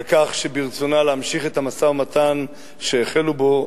על כך שברצונה להמשיך את המשא-ומתן שהחלו בו,